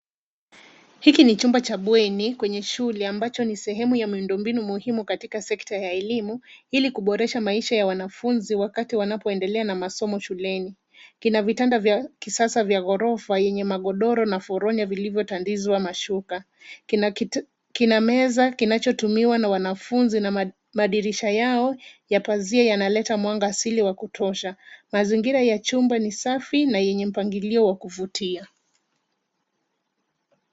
Hiki ni chumba cha bweni kwenye shule ambacho ni sehemu ya miundo mbinu muhimu katika sekta ya elimu ili kuboresha maisha ya wanafunzi wakati wanapoendelea na masomo shuleni. Kina vitanda vya kisasa vya ghorofa yenye magodoro na foronya vilivyotandikwa mashuka. Kina meza kinachotumiwa na wanafunzi na madirisha yao ya dirisha yanaleta mwanga asili wa kutosha. Mazingira ya chumba ni safi na yenye mpangilio wa kuvutia.